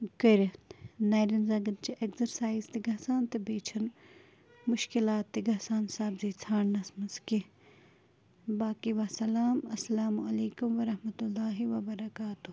کٔرِتھ نَرٮ۪ن زَنٛگَن چھِ اٮ۪کزَرسایِز تہِ گژھان تہٕ بیٚیہِ چھِنہٕ مُشکِلات تہِ گژھان سبزی ژھانٛڈنَس منٛز کیٚنہہ باقٕے وَسلام السلامُ علیکُم وَرحمتُہ اللہِ وَ بَرکاتہوٗ